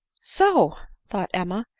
so! thought emma,